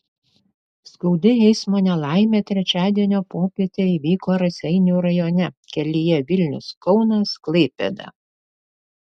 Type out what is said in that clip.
skaudi eismo nelaimė trečiadienio popietę įvyko raseinių rajone kelyje vilnius kaunas klaipėda